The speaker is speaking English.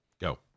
Go